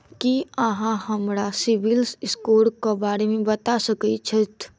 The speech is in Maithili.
की अहाँ हमरा सिबिल स्कोर क बारे मे बता सकइत छथि?